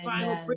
final